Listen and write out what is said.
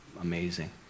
amazing